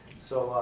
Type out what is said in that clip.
so,